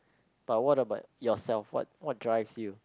but what about yourself what what drives you